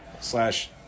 slash